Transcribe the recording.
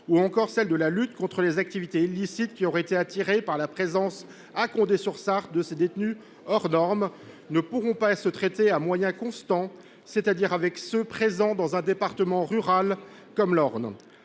ou encore celle de la lutte contre les activités illicites qui auraient été attirées par la présence à Condé sur Sarthe de ces détenus hors norme, ne sauraient être traitées à moyens constants, c’est à dire avec ceux qui sont présents dans un département rural comme l’Orne.